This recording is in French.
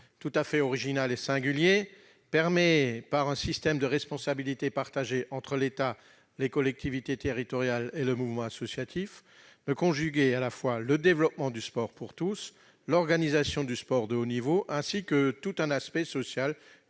tout à fait original et singulier, permet, par un système de responsabilité partagée entre l'État, les collectivités territoriales et le mouvement associatif, de conjuguer le développement du sport pour tous, l'organisation du sport de haut niveau et tout un volet social